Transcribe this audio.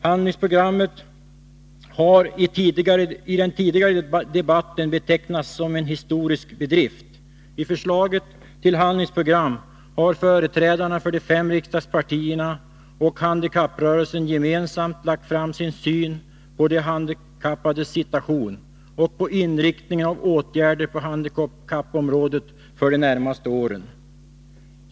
Handlingsprogrammet har tidigare i debatten betecknats som en historisk bedrift. I förslaget till handlingsprogram har företrädarna för de fem riksdagspartierna och handikapprörelsen gemensamt givit sin syn på de handikappades situation och på inriktningen av åtgärderna på handikappområdet för de närmaste åren.